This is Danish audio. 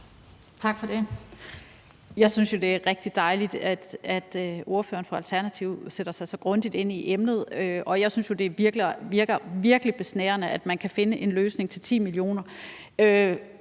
Tak for det. Jeg synes, det er rigtig dejligt, at ordføreren for Alternativet sætter sig så grundigt ind i emnet, og jeg synes jo, det virker virkelig besnærende, at man kan finde en løsning til 10 mio.